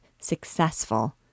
successful